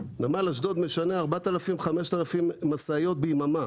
נמל אשדוד משנע 5,000-4,000 משאיות ביממה.